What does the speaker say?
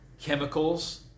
Chemicals